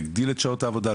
להגדיל את שעות העבודה,